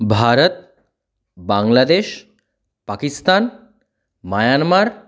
Bharat Bangladesh Pakistan Myanmar